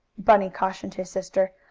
bunny cautioned his sister.